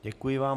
Děkuji vám.